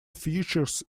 features